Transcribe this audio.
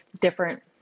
different